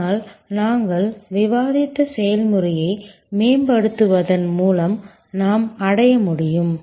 ஆனால் நாங்கள் விவாதித்த செயல்முறையை மேம்படுத்துவதன் மூலம் நாம் அடைய முடியும்